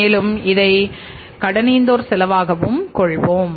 மேலும் இதை கடனீந்தோர் செலவாகவும் கொள்வோம்